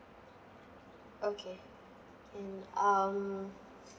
okay can um